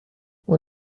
اون